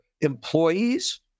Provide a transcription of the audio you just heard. employees